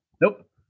nope